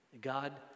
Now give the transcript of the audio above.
God